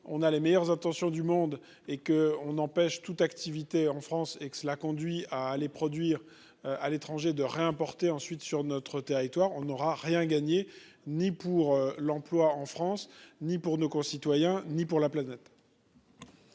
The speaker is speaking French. on a les meilleures intentions du monde et que on empêche toute activité en France et que cela conduit à les produire à l'étranger de réimporter ensuite sur notre territoire, on n'aura rien gagné ni pour l'emploi en France, ni pour nos concitoyens ni pour la planète.